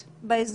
מה C אומר?